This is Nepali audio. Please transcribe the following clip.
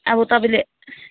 अब तपाईँले